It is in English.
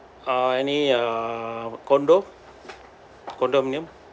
err any uh condo condominium